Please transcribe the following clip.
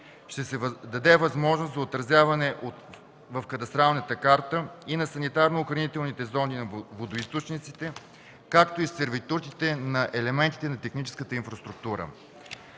Ще се даде възможност за отразяване в кадастралната карта и на санитарно-охранителните зони на водоизточниците, както и сервитутите на елементите на техническата инфраструктура.